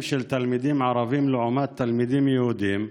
של תלמידים ערבים לעומת תלמידים יהודים,